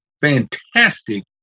fantastic